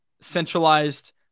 centralized